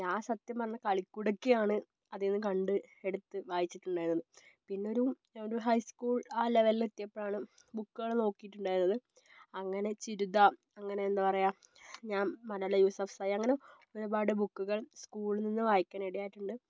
ഞാൻ സത്യം പറഞ്ഞാൽ കളിക്കുടുക്കയാണ് അധികം കണ്ട് എടുത്ത് വായിച്ചിട്ടുണ്ടായിരുന്നത് പിന്നൊരു ഞാനൊരു ഹൈ സ്കൂൾ ആ ലെവലിൽ എത്തിയപ്പോഴാണ് ബുക്കുകൾ നോക്കിയിട്ടുണ്ടായിരുന്നത് അങ്ങനെ ചിരുത അങ്ങനെ എന്താ പറയുക ഞാൻ മലാല യൂസഫ്സായി അങ്ങനെ ഒരുപാട് ബുക്കുകൾ സ്കൂളിൽനിന്ന് വായിക്കാനിടയായിട്ടുണ്ട്